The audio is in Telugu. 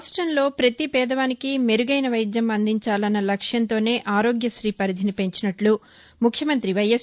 రాష్ట్రంలో పతి పేదవానికి మెరుగైన వైద్యం అందించాలన్న లక్ష్యంతోనే ఆరోగ్యశ్రీ పరిధిని పెంచినట్లు ముఖ్యమంతి వైఎస్